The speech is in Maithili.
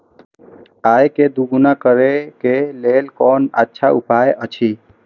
आय के दोगुणा करे के लेल कोन अच्छा उपाय अछि?